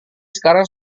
sekarang